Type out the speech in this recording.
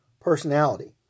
personality